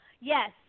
Yes